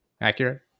accurate